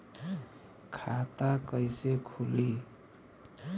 खाता कईसे खुली?